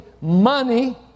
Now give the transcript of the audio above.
money